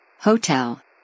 Hotel